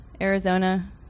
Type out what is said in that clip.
Arizona